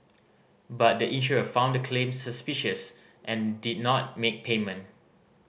but the insurer found the claims suspicious and did not make payment